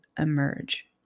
emerge